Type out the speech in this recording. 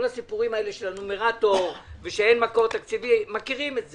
כל הסיפורים האלה של הנומרטור ושאין מקור תקציבי מכירים את זה.